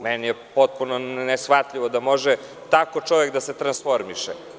Meni je potpuno neshvatljivo da može tako čovek da se transformiše.